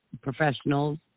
professionals